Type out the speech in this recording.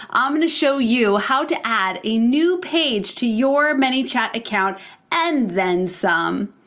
um i'm gonna show you how to add a new page to your manychat account and then some.